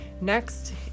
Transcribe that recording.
Next